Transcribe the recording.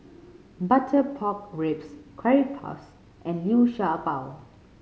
butter pork ribs curry puffs and Liu Sha Bao